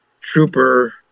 trooper